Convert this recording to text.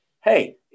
hey